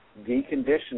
deconditioned